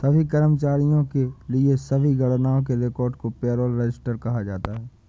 सभी कर्मचारियों के लिए सभी गणनाओं के रिकॉर्ड को पेरोल रजिस्टर कहा जाता है